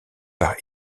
par